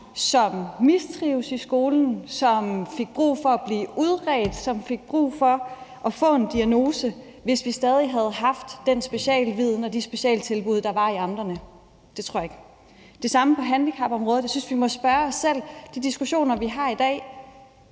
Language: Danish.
som mistrivedes i skolen, som fik brug for at blive udredt, og som fik brug for at få en diagnose, hvis vi stadig havde haft den specialviden og de specialtilbud, der var i amterne? Det tror jeg ikke. Det samme gælder på handicapområdet. Jeg synes vi må spørge os selv i forhold til de diskussioner, vi har i dag: